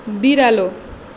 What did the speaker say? बिरालो